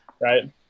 right